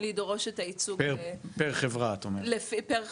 לדרוש את הייצוג הזה לכל חברה וחברה.